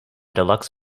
deluxe